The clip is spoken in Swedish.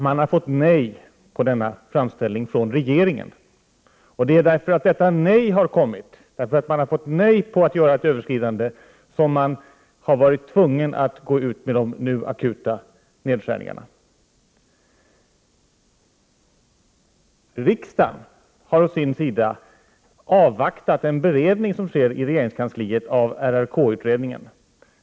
Socialstyrelsen har fått nej från regeringen på denna begäran. Det är för att man har fått nej beträffande detta överskridande som man har varit tvungen att nu göra de akuta nedskärningarna. Riksdagen har å sin sida avvaktat en beredning som sker i regeringskansliet av RRK-utredningen.